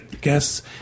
guests